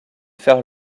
faire